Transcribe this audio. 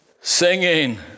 singing